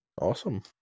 Awesome